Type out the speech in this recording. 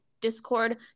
discord